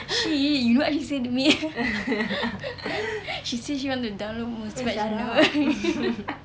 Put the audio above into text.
she you know what she say to me she say she want to download muzmatch you know